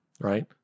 right